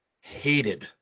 hated